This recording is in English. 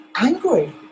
angry